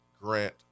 Grant